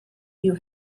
you